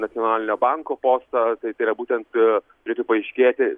nacionalinio banko postą tai tai yra būtent turėtų paaiškėti